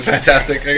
Fantastic